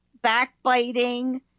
backbiting